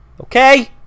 Okay